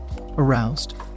Aroused